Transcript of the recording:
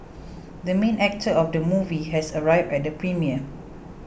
the main actor of the movie has arrived at the premiere